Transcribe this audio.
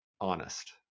honest